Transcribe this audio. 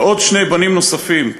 ועוד שני בנים נוספים,